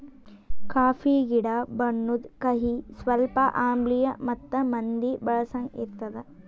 coffee ಗಾಢ ಬಣ್ಣುದ್, ಕಹಿ, ಸ್ವಲ್ಪ ಆಮ್ಲಿಯ ಮತ್ತ ಮಂದಿ ಬಳಸಂಗ್ ಇರ್ತದ